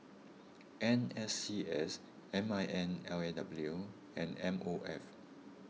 N S C S M I N L A W and M O F